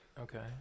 Okay